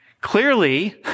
Clearly